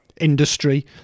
industry